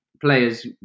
players